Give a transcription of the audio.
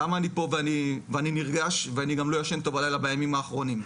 למה אני פה ואני נרגש וגם לא ישן טוב בלילה בימים האחרונים?